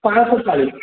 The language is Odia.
ପାଞ୍ଚଶହ ଚାଳିଶ